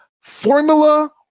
formula